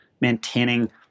maintaining